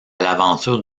l’aventure